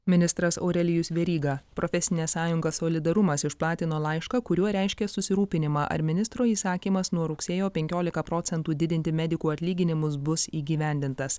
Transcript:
ministras aurelijus veryga profesinė sąjunga solidarumas išplatino laišką kuriuo reiškė susirūpinimą ar ministro įsakymas nuo rugsėjo penkiolika procentų didinti medikų atlyginimus bus įgyvendintas